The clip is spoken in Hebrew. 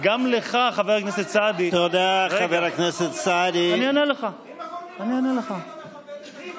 זה שאתם רוצים,